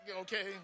okay